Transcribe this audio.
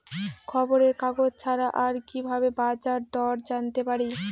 খবরের কাগজ ছাড়া আর কি ভাবে বাজার দর জানতে পারি?